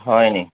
হয়নি